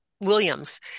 Williams